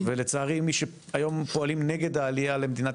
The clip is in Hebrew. ולצערי מי שהיום פועלים נגד העלייה למדינת